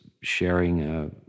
sharing